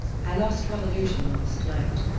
i lost one illusion last night.